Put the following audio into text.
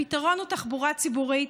הפתרון הוא תחבורה ציבורית,